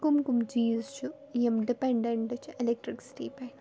کَم کَم چیٖز چھُ یِم ڈِپٮ۪نٛڈٮ۪نٛٹ چھِ اٮ۪لیکٹِرٛکسِٹی پٮ۪ٹھ